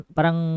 Parang